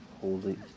holy